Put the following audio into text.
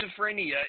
schizophrenia